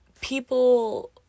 people